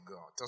God